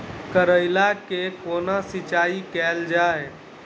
करैला केँ कोना सिचाई कैल जाइ?